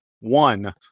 one